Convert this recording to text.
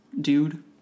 dude